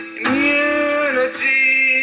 immunity